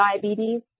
diabetes